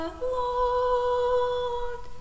lord